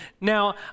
Now